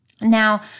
Now